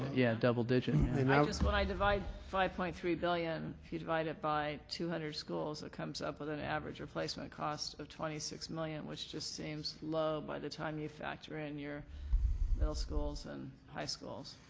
yeah, double digit. and i just when i divide five point three billion if you divide it by two hundred schools, it comes up with an average replacement cost of twenty six million which just seems low by the time you factor in your middle schools and high schools.